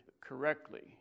correctly